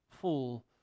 full